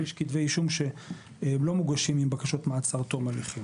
יש כתבי אישום שלא מוגשים עם בקשות מעצר תום הליכים.